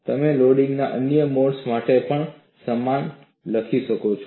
તમે લોડિંગના અન્ય મોડ્સ માટે પણ સમાન લખી શકો છો